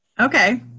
Okay